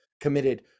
committed